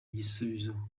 igisubizo